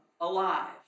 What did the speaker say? alive